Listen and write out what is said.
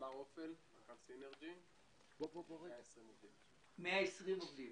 120 עובדים.